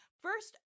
First